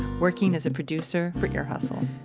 working as a producer for ear hustle.